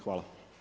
Hvala.